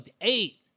eight